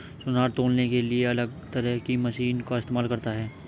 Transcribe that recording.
सुनार तौलने के लिए अलग तरह की मशीन का इस्तेमाल करता है